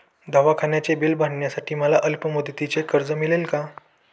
दवाखान्याचे बिल भरण्यासाठी मला अल्पमुदतीचे कर्ज मिळेल का?